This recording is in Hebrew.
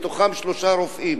מתוכם שלושה רופאים.